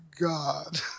god